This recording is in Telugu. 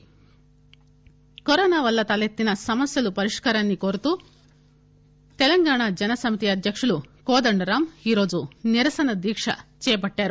కోదండరాందీక్ష కరోనా వల్ల తలెత్తిన సమస్యలు పరిష్కారాన్ని కోరుతూ తెలంగాణ జన సమితి అధ్యక్తుడు కోదండరాం ఈరోజు నిరసన దీక్ష చేపట్టారు